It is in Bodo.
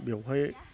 बेवहाय